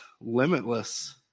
limitless